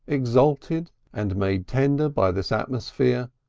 exalted and made tender by this atmosphere,